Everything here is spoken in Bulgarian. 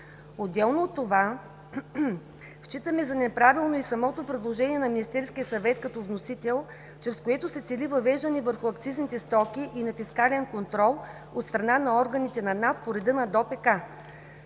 Отделно от това, считаме за неправилно и самото предложение на Министерския съвет като вносител, чрез което се цели въвеждане върху акцизните стоки и на фискален контрол от страна на органите на НАП по реда на ДОПК.